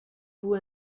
vous